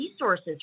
resources